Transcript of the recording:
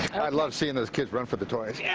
i love seeing those kids run for the toys. yeah